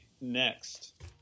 next